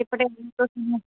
ਪਟਿਆਲੇ ਤੋਂ ਸੀ ਮੈਂ